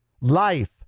Life